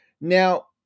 Now